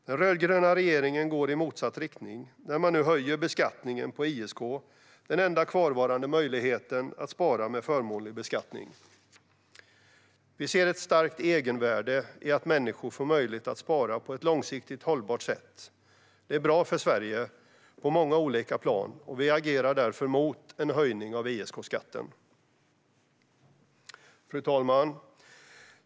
Den rödgröna regeringen går i motsatt riktning när man nu höjer beskattningen på ISK, den enda kvarvarande möjligheten att spara med förmånlig beskattning. Vi ser ett starkt egenvärde i att människor får möjlighet att spara på ett långsiktigt hållbart sätt. Det är bra för Sverige på många olika plan, och vi agerar därför mot en höjning av ISK-skatten. Fru talman!